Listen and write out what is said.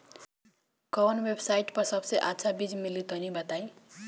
कवन वेबसाइट पर सबसे अच्छा बीज मिली तनि बताई?